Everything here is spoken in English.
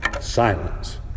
silence